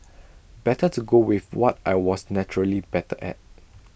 better to go with what I was naturally better at